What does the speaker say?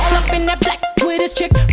up in that black with his chick